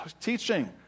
teaching